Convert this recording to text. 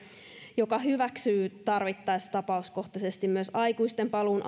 joissa hyväksytään tarvittaessa tapauskohtaisesti myös aikuisten paluun